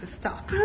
stop